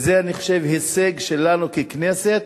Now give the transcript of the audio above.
אני חושב שזה הישג שלנו ככנסת,